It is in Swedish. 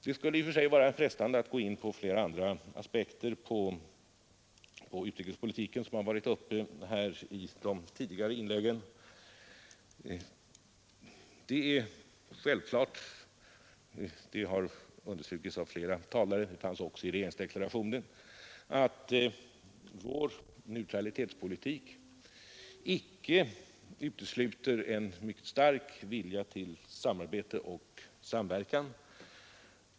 Det skulle i och för sig vara frestande att gå in på flera andra aspekter på utrikespolitiken, som tagits upp i de tidigare inläggen. Det är självklart — det har understrukits av flera talare och fanns också i regeringsdeklarationen — att vår neutralitetspolitik icke utesluter en mycket stark vilja till samarbete och samverkan.